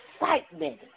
excitement